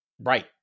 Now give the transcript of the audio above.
Right